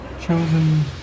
chosen